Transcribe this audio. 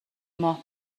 ماه